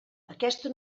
aquesta